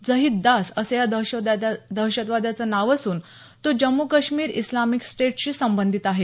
झहीद दास असं या दहशतवाद्याचं नाव असून तो जम्मू काश्मीर इस्लामिक स्टेटशी संबंधित आहे